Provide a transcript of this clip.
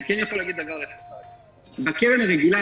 אני כן יכול להגיד דבר אחד: בקרן הרגילה